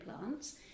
plants